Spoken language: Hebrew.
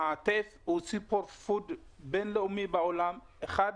הטף הוא סופר-פוד בינלאומי בעולם, אחד